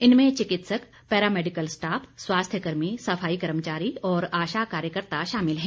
इनमें चिकित्सिक paramedical staff स्वास्थ्य कर्मी सफाई कर्मचारी और आशा कार्यकर्ता शामिल हैं